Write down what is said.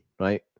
right